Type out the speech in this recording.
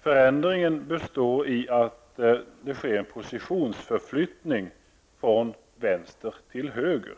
Förändringen består i att en positionsförflyttning sker från vänster till höger.